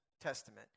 Testament